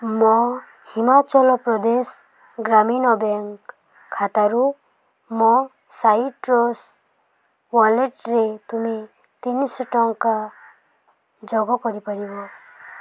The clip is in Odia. ମୋ ହିମାଚଳ ପ୍ରଦେଶ ଗ୍ରାମୀଣ ବ୍ୟାଙ୍କ୍ ଖାତାରୁ ମୋ ସାଇଟ୍ରସ୍ ୱାଲେଟ୍ରେ ତୁମେ ତିନିଶହ ଟଙ୍କା ଯୋଗ କରିପାରିବ